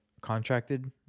contracted